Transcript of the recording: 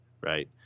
right